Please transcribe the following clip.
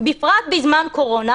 בפרט בזמן קורונה,